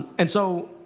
and so,